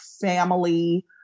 family